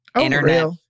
internet